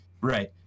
right